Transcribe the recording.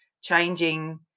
changing